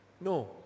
No